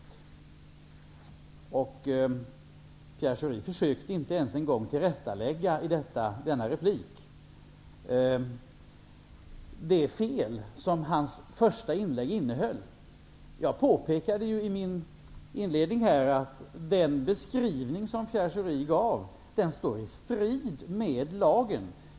Pierre Schori försökte inte ens i denna replik lägga till rätta det fel som hans första inlägg innehöll. Jag påpekade i min inledning att den beskrivning som Pierre Schori gav står i strid med lagen.